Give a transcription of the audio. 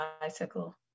bicycle